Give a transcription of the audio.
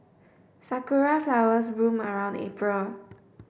sakura flowers bloom around April